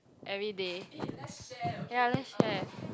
everyday ya let's share